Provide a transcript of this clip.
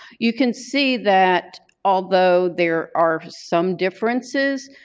you can see that although there are some differences,